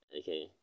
Okay